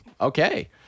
Okay